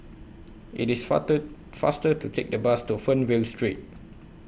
IT IS fast faster to Take The Bus to Fernvale Street